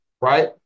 right